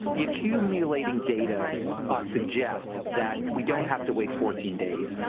the accumulating data suggest that we don't have to wait fourteen days.